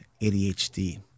ADHD